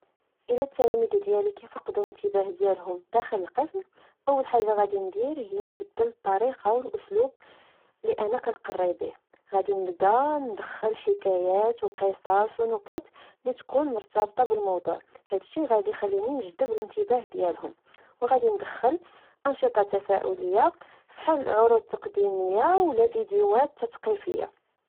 إلا التلاميد ديالي كفقدو الإنتباه ديالهم داخل القسم، أول حاجة غدي ندير هي نبدل الطريقة والأسلوب لأنا كنقري بيه، غدي نبدى ندخل حكايات وقصاص ونكت لتكون مرتبطة بالموضوع، هدشي غدي خليني نجدب الإنتباه ديالهم وغدي ندخل أنشطة تفاعلية فحال عروض تقديمية ولا ڤيديومات تتقيفية